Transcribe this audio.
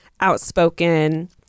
outspoken